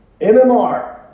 MMR